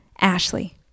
ashley